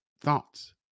thoughts